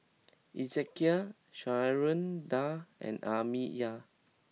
Ezekiel Sharonda and Amiya